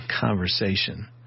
conversation